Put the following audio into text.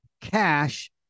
Cash